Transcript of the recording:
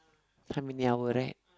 how many hour ride